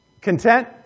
Content